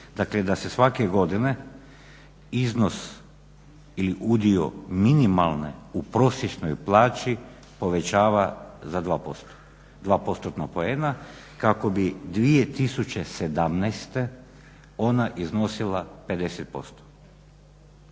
dakle da se svake godine iznos ili udio minimalne u prosječnoj plaći povećava za 2%-tna poena kako bi 2017.ona iznosila 50%.